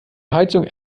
heizung